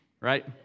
right